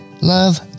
love